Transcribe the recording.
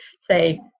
say